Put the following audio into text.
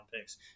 picks